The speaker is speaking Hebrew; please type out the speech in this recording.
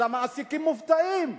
המעסיקים מופתעים.